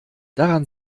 daran